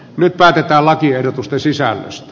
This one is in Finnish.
nyt päätetään lakiehdotusten sisällöstä